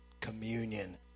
communion